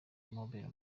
mobile